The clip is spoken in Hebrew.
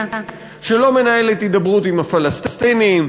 שלא מנהלת הידברות עם הפלסטינים,